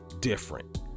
different